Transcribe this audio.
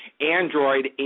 android